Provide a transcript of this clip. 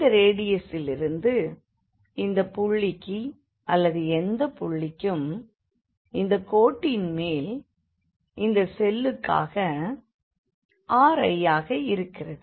இந்த ரேடியசிலிருந்து இந்தப் புள்ளிக்கு அல்லது எந்தப் புள்ளிக்கும் இந்தக் கோட்டின் மேல் இந்த செல்லுக்காக riஆக இருக்கிறது